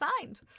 signed